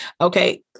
Okay